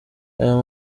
ayo